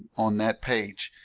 on that page